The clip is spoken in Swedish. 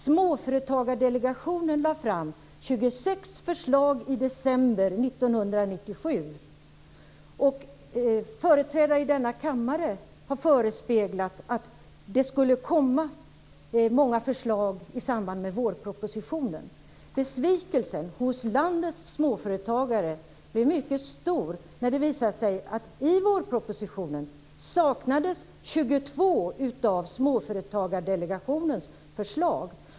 Småföretagardelegationen lade fram 26 förslag i december 1997. Företrädare i denna kammare har förespeglat att det skulle komma många förslag i samband med vårpropositionen. Besvikelsen hos landets småföretagare blev mycket stor när det visade sig att det i vårpropositionen saknades 22 av Småföretagardelegationens förslag.